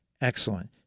Excellent